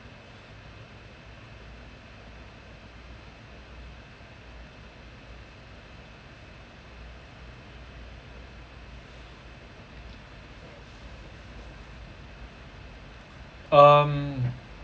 um